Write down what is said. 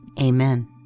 Amen